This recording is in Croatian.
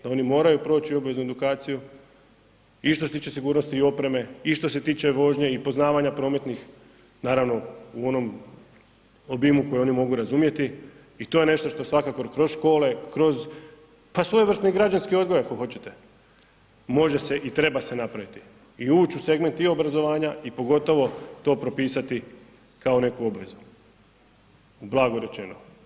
Da oni moraju proći obveznu edukaciju i što se tiče sigurnosti i opreme i što se tiče vožnje i poznavanja prometnih, naravno u onom obimu koji oni mogu razumjeti i to je nešto što svakako kroz škole, kroz pa svojevrsni i građanski odgoj, ako hoćete, može se i treba se napraviti i ući u segment i obrazovanja i pogotovo to propisati kao neku obvezu, blago rečeno.